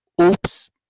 oops